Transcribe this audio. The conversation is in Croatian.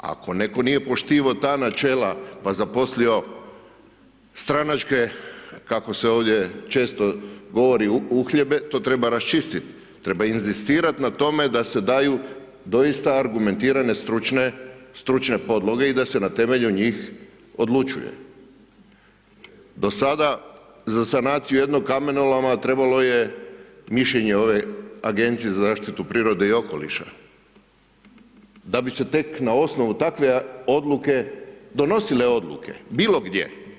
Ako netko nije poštivao ta načela, pa zaposlio stranačke, kako se ovdje često govori, uhljebe, to treba rasčistit, treba inzistirat na tome da se daju doista argumentirane stručne podloge i da se na temelju njih odlučuje do sada za sanaciju jednog kamenoloma trebalo je mišljenje ove Agencije za zaštitu prirode i okoliša da bi se tek na osnovu takve odluke donosile odluke, bilo gdje.